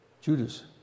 Judas